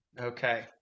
okay